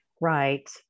Right